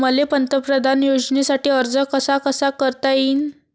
मले पंतप्रधान योजनेसाठी अर्ज कसा कसा करता येईन?